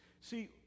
see